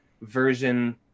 version